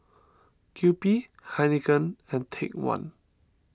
Kewpie Heinekein and Take one